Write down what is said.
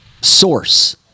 source